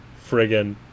friggin